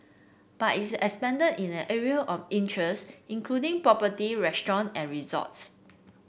but it expanded in an array of interests including property restaurant and resorts